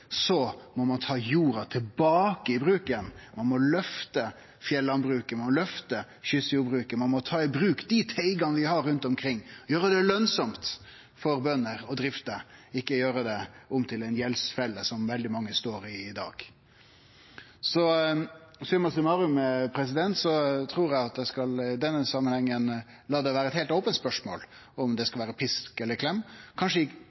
må vi ta jorda tilbake og i bruk igjen. Ein må løfte fjellandbruket, ein må løfte kystjordbruket, ein må ta i bruk dei teigane vi har rundt omkring og gjere det lønsamt for bønder å drive, ikkje gjere det om til ei gjeldsfelle, som veldig mange står i i dag. Summa summarum trur eg at ein i denne samanhengen skal la det vere eit heilt ope spørsmål om det skal vere pisk eller klem – kanskje